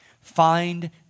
find